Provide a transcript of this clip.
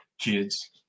kids